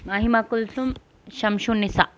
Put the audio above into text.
நகிம் Alkulthum Shamsunisha